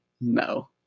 No